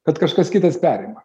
kad kažkas kitas perima